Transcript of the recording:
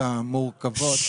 הבעיות המורכבות